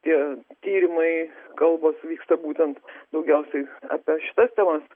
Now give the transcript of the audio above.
tie tyrimai kalbos vyksta būtent daugiausiai apie šitas temos